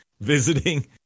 visiting